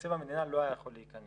שתקציב המדינה לא היה יכול להיכנס.